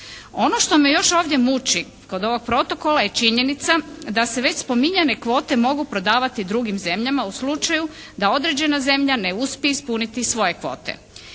Ono što me još ovdje muči kod ovog protokola je činjenica da se već spominjane kvote mogu prodavati drugim zemljama u slučaju da određena zemlja ne uspije ispuniti svoje kvote.